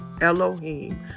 Elohim